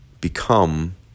become